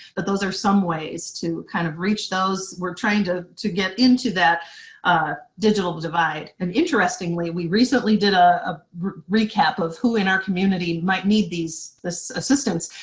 but those are some ways to kind of reach those. we're trying to to get into that digital divide. and interestingly we recently did a ah recap of who in our community might need this assistance.